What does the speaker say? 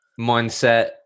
mindset